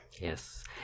Yes